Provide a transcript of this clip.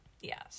Yes